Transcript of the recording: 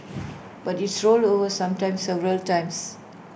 but it's rolled over sometimes several times